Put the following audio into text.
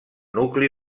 nucli